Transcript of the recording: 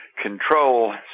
control